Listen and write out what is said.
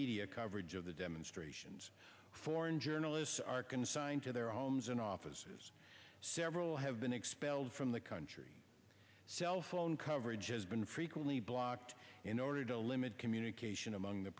media coverage of the demonstrations foreign journalists are consigned to their homes and offices several have been expelled from the country cell phone coverage has been frequently blocked in order to limit communication among the